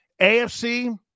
AFC